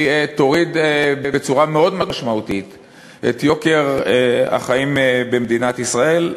תוריד בצורה מאוד משמעותית את יוקר החיים במדינת ישראל.